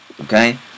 Okay